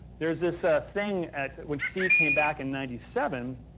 there's this ah thing at, when steve came back in ninety seven,